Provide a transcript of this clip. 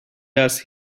does